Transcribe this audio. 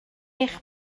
eich